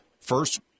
First